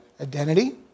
Identity